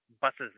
buses